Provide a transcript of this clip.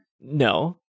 No